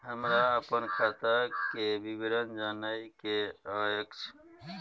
हमरा अपन खाता के विवरण जानय के अएछ?